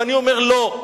ואני אומר: לא,